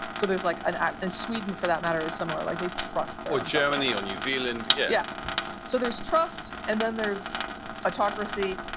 so there's like an in and sweden, for that matter, is similar. like they trust or germany or new zealand. yeah yeah so there's trust. and then there's autocracy.